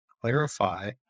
clarify